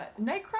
Nightcrawler